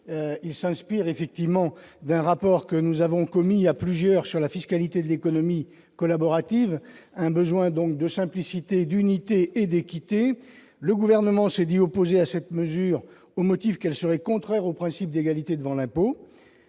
s'inspirait d'un rapport que nous avions commis sur la fiscalité de l'économie collaborative, et qui pointait un besoin de simplicité, d'unité et d'équité. Le Gouvernement s'est dit opposé à cette mesure, au motif qu'elle serait contraire au principe d'égalité devant l'impôt,